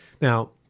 Now